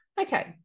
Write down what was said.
Okay